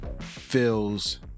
feels